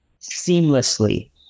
seamlessly